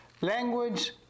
language